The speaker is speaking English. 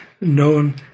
known